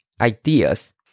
ideas